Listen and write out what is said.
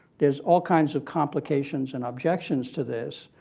theres all kinds of complications and objections to this.